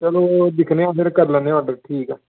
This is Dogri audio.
ते चलो दिक्खने आं भी करने आं ऑर्डर